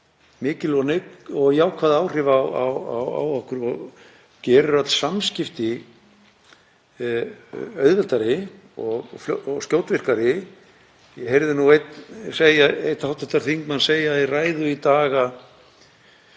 mikil og jákvæð áhrif á okkur og gerir öll samskipti auðveldari og skjótvirkari. Ég heyrði einn hv. þingmann segja í ræðu í dag að